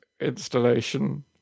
installation